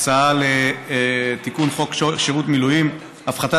הצעה לתיקון חוק שירות המילואים (הפחתת